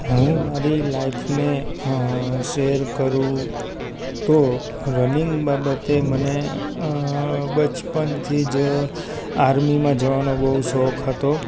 હું મારી લાઈફને શેર કરું તો રનિંગ બાબતે મને બચપણથી જ આર્મીમાં જવાનો બહુ શોખ હતો